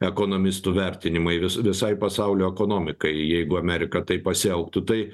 ekonomistų vertinimai vis visai pasaulio ekonomikai jeigu amerika taip pasielgtų tai